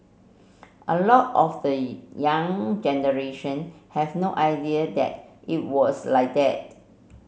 a lot of the young generation have no idea that it was like that